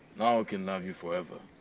now i can love you forever.